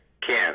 Ken